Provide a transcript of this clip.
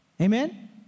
Amen